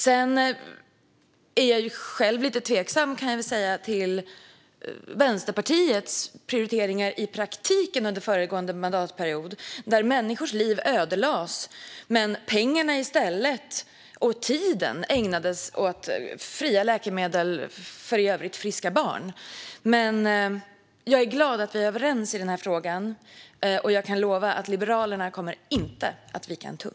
Sedan är jag själv lite tveksam till Vänsterpartiets prioriteringar i praktiken under föregående mandatperiod, där människors liv ödelades och pengarna och tiden i stället ägnades åt fria läkemedel för i övrigt friska barn. Jag är dock glad att vi är överens i frågan, och jag kan lova att Liberalerna inte kommer att vika en tum.